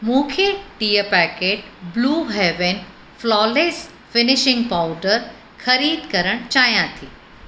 मूंखे टीह packet Blue Heaven flawless finishing powder ख़रीद करणु चाहियां थी